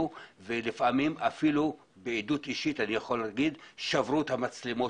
ולפעמים אפילו - בעדות אישית אני יכול להגיד - שברו את המצלמות